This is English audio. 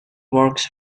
works